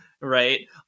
right